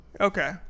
okay